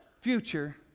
future